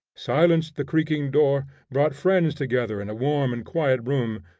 silenced the creaking door, brought friends together in a warm and quiet room,